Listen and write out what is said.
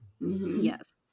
Yes